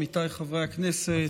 עמיתיי חברי הכנסת,